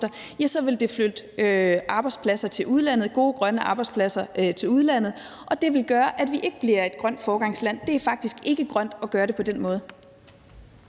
ja, så vil det flytte gode, grønne arbejdspladser til udlandet, og det vil gøre, at vi ikke er et grønt foregangsland. Det er faktisk ikke grønt at gøre det på den måde.